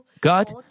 God